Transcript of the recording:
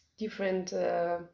different